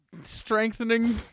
strengthening